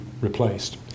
replaced